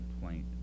complaint